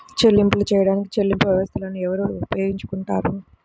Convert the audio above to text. చెల్లింపులు చేయడానికి చెల్లింపు వ్యవస్థలను ఎవరు ఉపయోగించుకొంటారు?